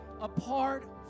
apart